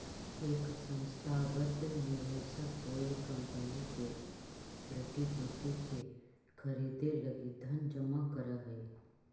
एक संस्थागत निवेशक कोई कंपनी के प्रतिभूति के खरीदे लगी धन जमा करऽ हई